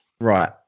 Right